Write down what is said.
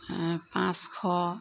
পাঁচশ